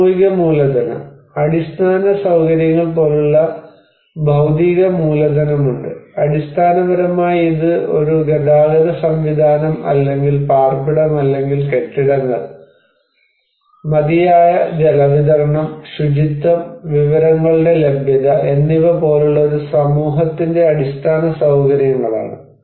സാമൂഹിക മൂലധനം അടിസ്ഥാന സൌകര്യങ്ങൾ പോലുള്ള ഭൌതിക മൂലധനമുണ്ട് അടിസ്ഥാനപരമായി ഇത് ഒരു ഗതാഗത സംവിധാനം അല്ലെങ്കിൽ പാർപ്പിടം അല്ലെങ്കിൽ കെട്ടിടങ്ങൾ മതിയായ ജലവിതരണം ശുചിത്വം വിവരങ്ങളുടെ ലഭ്യത എന്നിവ പോലുള്ള ഒരു സമൂഹത്തിന്റെ അടിസ്ഥാന സൌകര്യങ്ങളാണ്